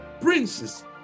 princes